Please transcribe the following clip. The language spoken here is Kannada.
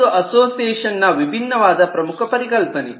ಇದೊಂದು ಅಸೋಸಿಯೇಷನ್ ನ ವಿಭಿನ್ನವಾದ ಪ್ರಮುಖ ಪರಿಕಲ್ಪನೆ